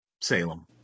Salem